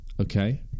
Okay